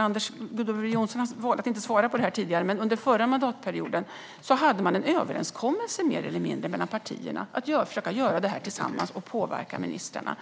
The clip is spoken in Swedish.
Anders W Jonsson valde att inte svara på det här tidigare, men under förra mandatperioden hade vi mer eller mindre en överenskommelse mellan partierna att försöka göra det här tillsammans och påverka ministrarna.